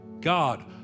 God